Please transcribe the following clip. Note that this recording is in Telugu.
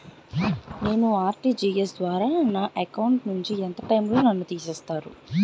నేను ఆ.ర్టి.జి.ఎస్ ద్వారా నా అకౌంట్ నుంచి ఎంత టైం లో నన్ను తిసేస్తారు?